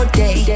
day